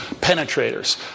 penetrators